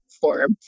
form